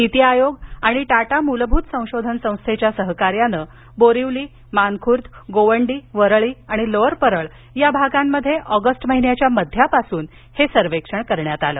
नीती आयोग आणि टाटा मूलभूत संशोधन संस्थेच्या सहकार्यानं बोरीवली मानखूर्द गोवंडी वरळी आणि लोअर परळ भागात ऑगस्ट महिन्याच्या मध्यापासून हे सर्वेक्षण करण्यात आलं